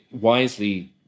wisely